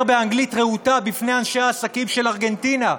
באנגלית רהוטה בפני אנשי העסקים של ארגנטינה,